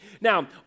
Now